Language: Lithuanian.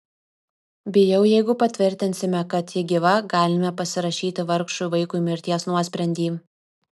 bijau jeigu patvirtinsime kad ji gyva galime pasirašyti vargšui vaikui mirties nuosprendį